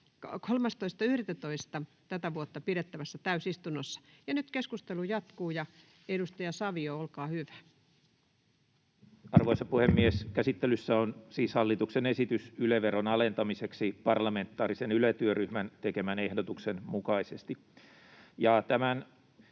13.11.2024 pidetyssä täysistunnossa. — Ja nyt keskustelu jatkuu. Edustaja Savio, olkaa hyvä. Arvoisa puhemies! Käsittelyssä on siis hallituksen esitys Yle-veron alentamiseksi parlamentaarisen Yle-työryhmän tekemän ehdotuksen mukaisesti.